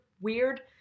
weird